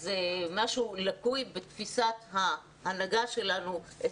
אז משהו לקוי בתפיסת ההנהגה שלנו את